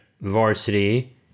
varsity